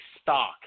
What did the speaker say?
stock